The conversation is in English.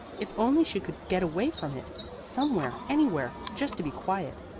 if only she could get away from it somewhere anywhere just to be quiet.